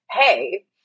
hey